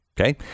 Okay